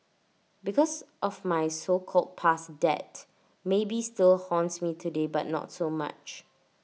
because of my so called past debt maybe still haunts me today but not so much